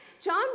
John